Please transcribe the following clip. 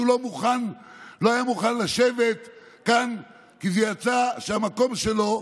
שלא היה מוכן לשבת כאן כי יצא שהמקום שלו,